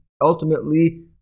ultimately